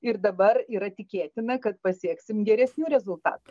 ir dabar yra tikėtina kad pasieksim geresnių rezultatų